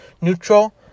neutral